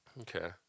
Okay